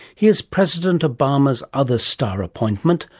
here's president obama's other star appointment,